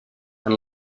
and